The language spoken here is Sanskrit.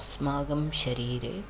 अस्माकं शरीरे